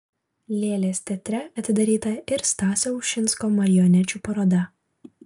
lėlės teatre atidaryta ir stasio ušinsko marionečių paroda